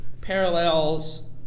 parallels